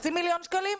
לחצי מיליון שקלים?